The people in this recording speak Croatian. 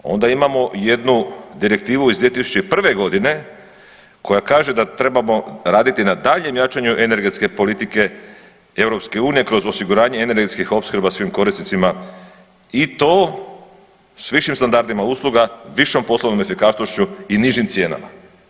Onda imamo jednu direktivu iz 2001. godine koja kaže da trebamo raditi na daljnjem jačanju energetske politike EU kroz osiguranje energetskih opskrba svim korisnicima i to s višim standardima usluga, višom poslovnom efikasnošću i nižim cijenama.